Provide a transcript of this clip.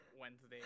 Wednesday